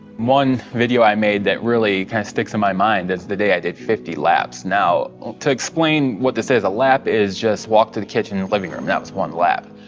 one video i made that really kind of sticks in my mind is the day i did fifty laps. now to explain what this is, a lap is just walked to the kitchen and living room. that was one lap.